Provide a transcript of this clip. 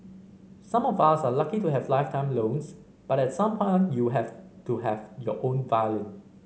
some of us are lucky to have lifetime loans but at some point you have to have your own violin